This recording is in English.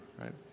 right